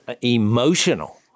emotional